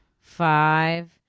Five